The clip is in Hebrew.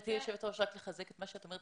גברתי היושבת-ראש, רק לחזק את מה שאת אומרת.